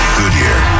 goodyear